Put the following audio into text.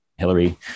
Hillary